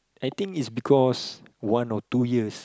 I think it's because one or two years